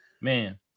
Man